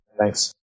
Thanks